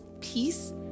peace